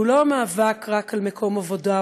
שהוא לא מאבק רק על מקום עבודה,